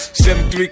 73